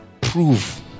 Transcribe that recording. prove